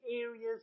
areas